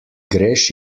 greš